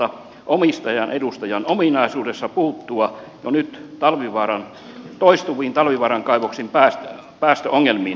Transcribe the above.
aiotteko omistajan edustajan ominaisuudessa puuttua jo nyt toistuviin talvivaaran kaivoksen päästöongelmiin